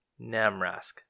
Namrask